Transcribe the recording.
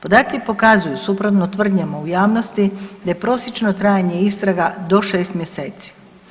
Podaci pokazuju suprotno tvrdnjama u javnosti da je prosječno trajanje istraga do 6 mjeseci.